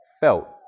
felt